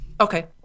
Okay